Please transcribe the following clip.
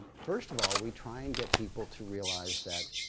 first of all, we try and get people to realize that